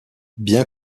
bien